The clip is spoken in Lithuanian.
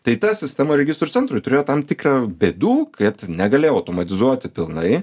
tai ta sistema registrų centrui turėjo tam tikrą bėdų kad negalėjo automatizuoti pilnai